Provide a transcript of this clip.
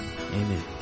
Amen